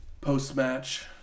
Post-match